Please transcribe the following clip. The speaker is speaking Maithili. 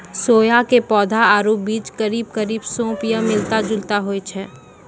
सोया के पौधा आरो बीज करीब करीब सौंफ स मिलता जुलता होय छै